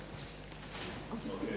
Hvala.